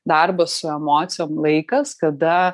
darbas su emocijom laikas kada